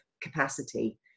capacity